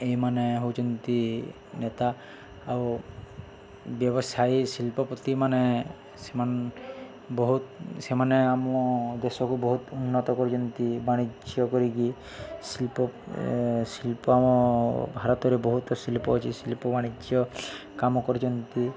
ଏଇମାନେ ହେଉଛନ୍ତି ନେତା ଆଉ ବ୍ୟବସାୟୀ ଶିଳ୍ପପତି ମାନେ ସେମାନେ ବହୁତ ସେମାନେ ଆମ ଦେଶକୁ ବହୁତ ଉନ୍ନତ କରିଛନ୍ତି ବାଣିଜ୍ୟ କରିକି ଶିଳ୍ପ ଶିଳ୍ପ ଆମ ଭାରତରେ ବହୁତ ଶିଳ୍ପ ଅଛି ଶିଳ୍ପ ବାଣିଜ୍ୟ କାମ କରିଛନ୍ତି